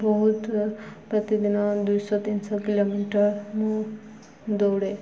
ବହୁତ ପ୍ରତିଦିନ ଦୁଇଶହ ତିନିଶହ କିଲୋମିଟର ମୁଁ ଦୌଡ଼େ